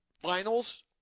finals